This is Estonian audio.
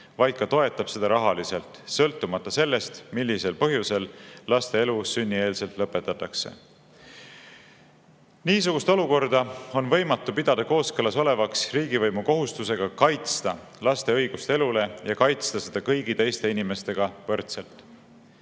vaid ka toetab seda rahaliselt, sõltumata sellest, millisel põhjusel laste elu sünnieelselt lõpetatakse. Niisugust olukorda on võimatu pidada kooskõlas olevaks riigivõimu kohustusega kaitsta laste õigust elule ja kaitsta seda kõigi teiste inimeste õigusega võrdselt.